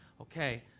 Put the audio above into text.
okay